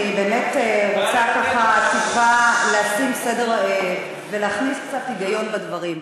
אני רוצה לשים סדר ולהכניס קצת היגיון בדברים.